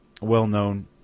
well-known